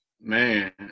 Man